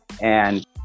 And-